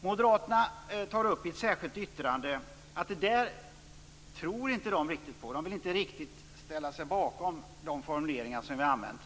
Moderaterna tar i ett särskilt yttrande upp att de inte riktigt vill ställa sig bakom de formuleringar utskottet har använt.